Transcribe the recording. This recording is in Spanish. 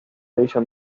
división